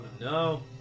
no